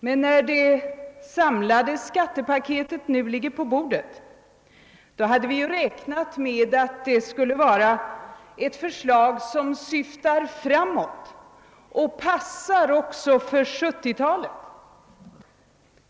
Men när det samlade skattepaketet nu ligger på riksdagens bord hade vi ju räknat med att det skulle vara ett förslag som syftar framåt och passar också för 1970-talet.